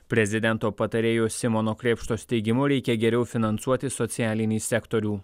prezidento patarėjo simono krėpštos teigimu reikia geriau finansuoti socialinį sektorių